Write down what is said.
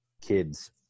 kids